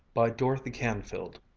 by dorothy canfield